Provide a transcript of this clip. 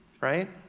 right